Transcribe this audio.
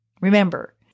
Remember